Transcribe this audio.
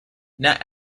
not